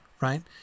right